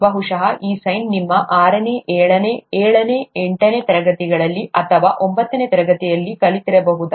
ಬಹುಶಃ ಈ ಸೈನ್ ನಿಮ್ಮ ಆರನೇ ಏಳನೇ ಏಳನೇ ಎಂಟನೇ ತರಗತಿಗಳು ಅಥವಾ ಒಂಬತ್ತನೇ ತರಗತಿಯಲ್ಲಿ ಕಲಿತಿರಬಹುದು